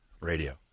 radio